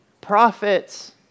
prophets